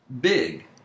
Big